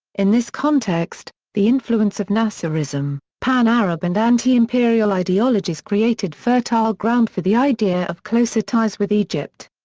in this context, the influence of nasserism, pan-arab and anti-imperial ideologies created fertile ground for the idea of closer ties with egypt.